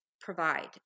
provide